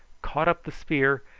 caught up the spear,